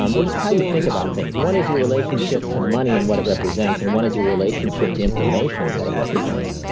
um or just how you think about things. one is your relationship to money and what it represents, and one is your relationship to information and what it represents.